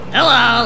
Hello